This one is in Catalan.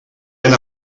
ben